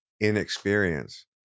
inexperience